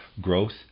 growth